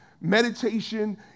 meditation